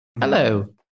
Hello